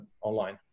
online